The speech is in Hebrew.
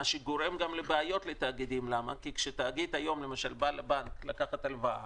וזה גם גורם לבעיות לתאגידים מכיוון שכשתאגיד בא לבנק לקחת הלוואה